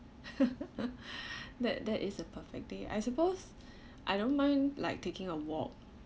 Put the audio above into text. that that is a perfect day I suppose I don't mind like taking a walk